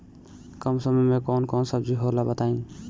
कम समय में कौन कौन सब्जी होला बताई?